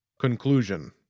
Conclusion